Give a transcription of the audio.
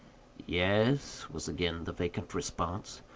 yes, was again the vacant response.